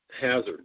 hazards